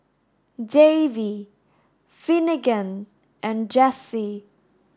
Davey Finnegan and Jessee